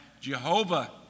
Jehovah